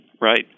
right